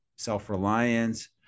self-reliance